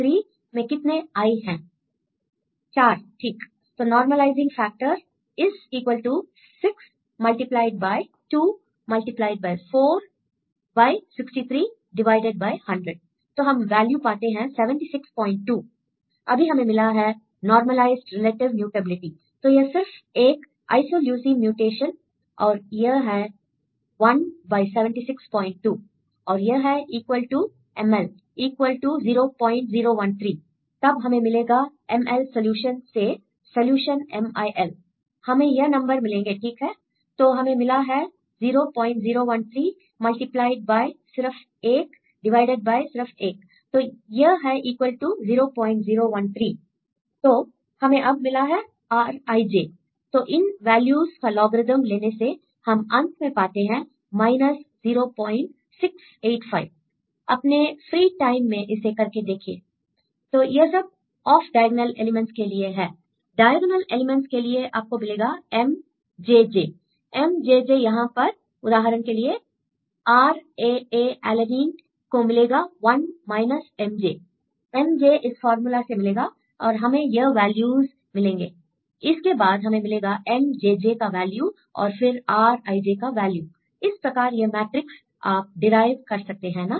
student 4 चार ठीक I तो नॉर्मलाइजिंग फैक्टर इस equal to 6 multiplied by 2 multiplied by by 63 divided by 100 तो हम वैल्यू पाते हैं 762 अभी हमें मिला है नॉर्मलाईजड रिलेटिव म्यूटएबिलिटी तो यह सिर्फ एक आईसोल्युसिन म्यूटेशन और यह है 1 बाय 762 और यह है equal to M L equal to 0013 तब हमें मिलेगा एम एल सलूशन से सलूशन MIL हमें यह नंबर मिलेंगे ठीक है I तो हमें मिला है 0013 मल्टीप्लाईड बाय multiplied by सिर्फ 1 डिवाइडेड बाय सिर्फ 1 तो यह है इक्वल टू equal to 0013 तो हमें अब मिला है Rij तो इन वैल्यूस का लॉग्र्रिदम लेने से हम अंत में पाते हैं माइनस 0685 अपने फ्री टाइम में इसे करके देखिए I तो यह सब ऑफ डायगोनल एलिमेंट्स के लिए है I डायगोनल एलिमेंट्स के लिए आपको मिलेगा Mjj Mjj हैं यहां पर उदाहरण के लिए आर ए ए एलेनीन को मिलेगा one minus mj mj इस फार्मूला से मिलेगा और हमें यह वैल्यूस मिलेंगे I इसके बाद हमें मिलेगा Mjj का वैल्यू और फिर Rij का वैल्यू I इस प्रकार यह मैट्रिकस आप डिराइव कर सकते हैं ना